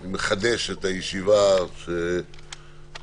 אני מחדש את הישיבה המתמשכת,